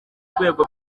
rwego